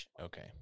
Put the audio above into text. Okay